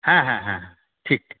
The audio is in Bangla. হ্যাঁ হ্যাঁ হ্যাঁ ঠিক ঠিক